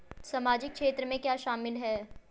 सामाजिक क्षेत्र में क्या शामिल है?